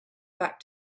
back